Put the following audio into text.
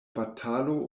batalo